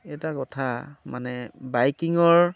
এটা কথা মানে বাইকিঙৰ